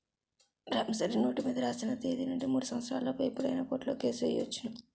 promissory note మీద రాసిన తేదీ నుండి మూడు సంవత్సరాల లోపు ఎప్పుడైనా కోర్టులో కేసు ఎయ్యొచ్చును